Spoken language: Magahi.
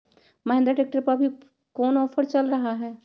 महिंद्रा ट्रैक्टर पर अभी कोन ऑफर चल रहा है?